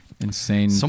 insane